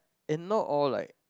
in no all like